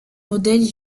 modèles